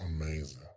Amazing